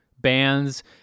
bands